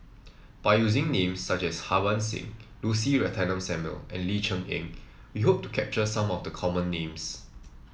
by using names such as Harbans Singh Lucy Ratnammah Samuel and Ling Cher Eng we hope to capture some of the common names